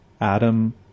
Adam